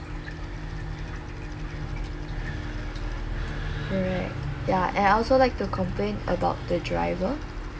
correct ya and I also like to complain about the driver